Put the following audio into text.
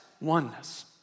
oneness